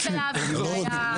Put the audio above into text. כן, שלום, בבקשה.